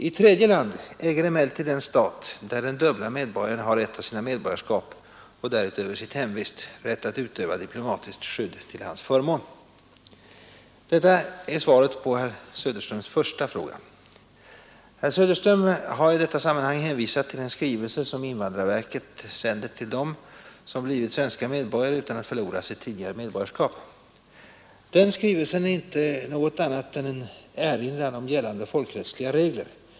I tredje land äger emellertid den stat, där den dubbla medborgaren har ett av sina medborgarskap och därutöver sitt hemvist, rätt att utöva diplomatiskt skydd till hans förmån. Detta utgör svar på herr Söderströms första fråga. Herr Söderström har i detta sammanhang hänvisat till en skrivelse som invandrarverket sänder till dem, som blivit svenska medborgare utan att förlora sitt tidigare medborgarskap. Denna skrivelse är inte något annat än en erinran om gällande folkrättsliga regler.